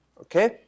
okay